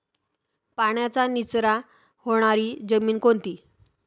पाण्याचा निचरा होणारी जमीन कोणती?